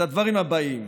את הדברים האלה: